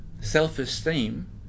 self-esteem